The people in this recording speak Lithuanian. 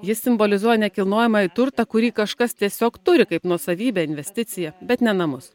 jis simbolizuoja nekilnojamąjį turtą kurį kažkas tiesiog turi kaip nuosavybę investiciją bet ne namus